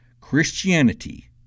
Christianity